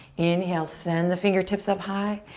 inhale, send the fingertips up high.